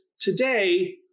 today